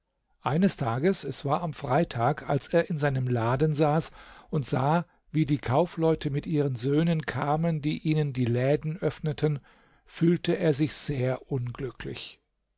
eines tages es war am freitag als er in seinem laden saß und sah wie die kaufleute mit ihren söhnen kamen die ihnen den laden öffneten fühlte er sich sehr unglücklich